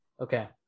Okay